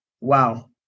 Wow